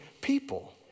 people